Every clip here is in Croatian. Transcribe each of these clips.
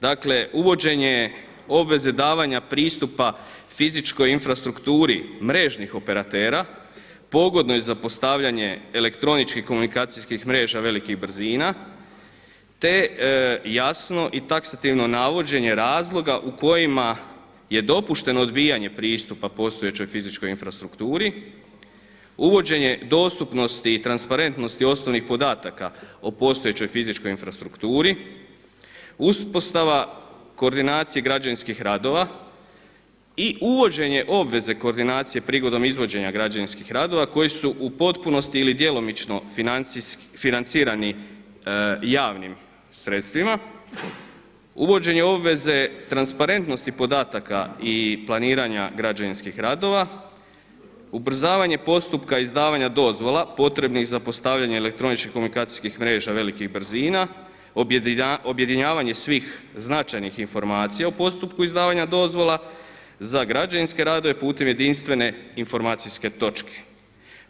Dakle uvođenje obveze davanja pristupa fizičkoj infrastrukturi mrežnih operatera pogodnoj za postavljanje elektroničkih komunikacijskih mreža velikih brzina, te jasno i taksativno navođenje razloga u kojima je dopušteno odbijanje pristupa postojećoj fizičkoj infrastrukturi, uvođenje dostupnosti i transparentnosti osnovnih podataka o postojećoj fizičkoj infrastrukturi, uspostava koordinacije građevinskih radova i uvođenje obveze koordinacije prigodom izvođenja građevinskih radova koji su u potpunosti ili djelomično financirani javnih sredstvima, uvođenje obveze transparentnosti podataka, građevinskih radova, ubrzavanje postupka izdavanja dozvola potrebnih za postavljanje elektroničkih komunikacijskih mreža velikih brzina, objedinjavanje svih značajnih informacija u postupku izdavanja dozvola za građevinske radove putem jedinstvene informacijske točke,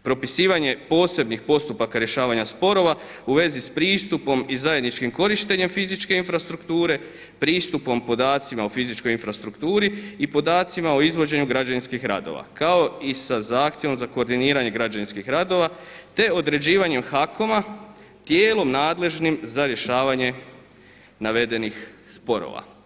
propisivanje posebnih postupaka rješavanja sporova u vezi s pristupom i zajedničkim korištenjem fizičke infrastrukture, pristupom podacima o fizičkoj infrastrukturi i podacima o izvođenju građevinskih radova kao i sa zahtjevom za koordiniranje građevinskih radova, te određivanjem HAKOM-a tijelom nadležnim za rješavanje navedenih sporova.